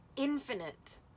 infinite